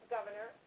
Governor